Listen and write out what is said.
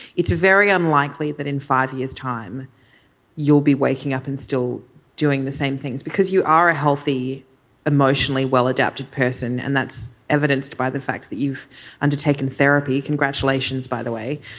it's very unlikely that in five years time you'll be waking up and still doing the same things because you are a healthy emotionally well adapted person and that's evidenced by the fact that you've undertaken therapy. congratulations by the way.